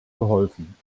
geholfen